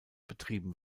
betrieben